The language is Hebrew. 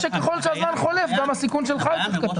או שככל שהזמן חולף, גם הסיכון שלך יותר קטן.